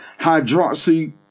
hydroxy